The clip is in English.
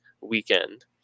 weekend